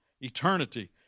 eternity